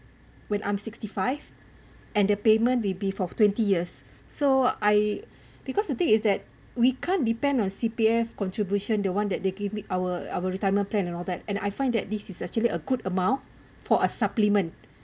when I'm sixty five and the payment will be for twenty years so I because the thing is that we can't depend on C_P_F contribution the one that they give me our our retirement plan and all that and I find that this is actually a good amount for a supplement